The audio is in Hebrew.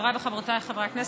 חבריי וחברותיי חברי הכנסת,